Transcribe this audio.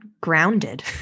grounded